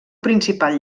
principal